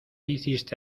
hiciste